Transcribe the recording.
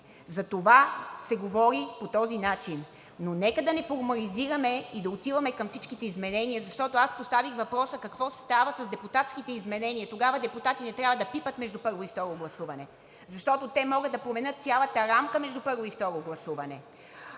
Затова се говори по този начин. Но нека да не формализираме и да отиваме към всичките изменения, защото поставих въпроса: какво става с депутатските изменения. Тогава депутатите не трябва да пипат между първо и второ гласуване, защото те могат да променят цялата рамка между първо и второ гласуване.